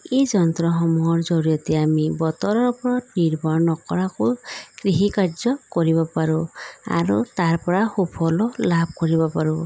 এই যন্ত্ৰসমূহৰ জড়িয়তে আমি বতৰৰ ওপৰত নিৰ্ভৰ নকৰাকৈয়ো কৃষি কাৰ্য কৰিব পাৰোঁ আৰু তাৰ পৰা সুফলো লাভ কৰিব পাৰোঁ